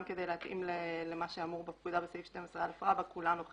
גם כדי להתאים למה שאמור בפקודה בסעיף 12א רבא: כולן או חלקן.